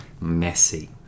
messy